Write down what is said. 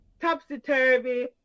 topsy-turvy